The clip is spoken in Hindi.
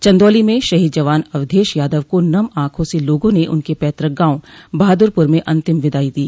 चन्दौली में शहीद जवान अवधेश यादव को नम आंखों से लोगों ने उनके पैतृक गांव बहादुरपुर में अंतिम विदाई दी